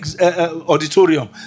auditorium